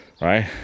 right